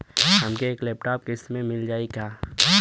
हमके एक लैपटॉप किस्त मे मिल जाई का?